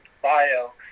bio